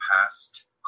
past